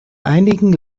einigen